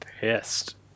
pissed